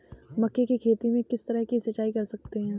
मक्के की खेती में किस तरह सिंचाई कर सकते हैं?